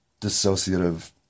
dissociative